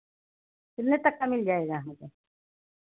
कितने तक का मिल जाएगा हमको